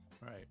Right